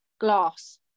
glass